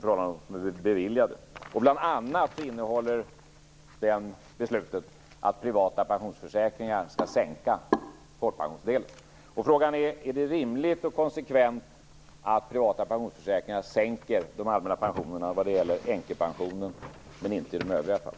Det beslutet innebär också bl.a. att privata pensionsförsäkringar skall sänka folkpensionsdelen. Frågan är då: Är det rimligt och konsekvent att privata pensionsförsäkringar sänker de allmänna pensionerna när det gäller änkepensionen men inte i övriga fall?